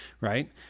right